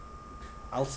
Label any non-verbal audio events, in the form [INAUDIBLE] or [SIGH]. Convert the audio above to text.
[BREATH] I was